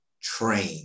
train